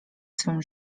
swym